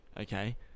okay